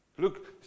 Look